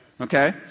Okay